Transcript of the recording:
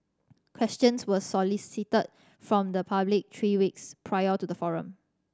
questions were solicited from the public three weeks prior to the forum